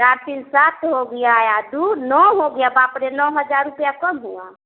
चार तीन सात हो गया वह दो नौ हो गया बाप रे नौ हज़ार रुपया कम हुआ